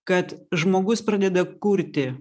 kad žmogus pradeda kurti